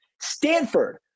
Stanford